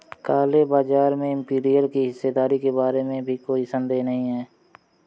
काले बाजार में इंपीरियल की हिस्सेदारी के बारे में भी कोई संदेह नहीं है